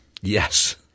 Yes